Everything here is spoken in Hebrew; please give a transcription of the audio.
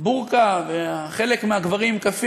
לי כל הזמן, שזה רק מגדיל הוצאות, עם כל הכבוד,